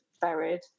buried